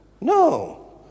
No